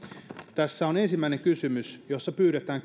tässä on ensimmäisenä kysymys jossa pyydetään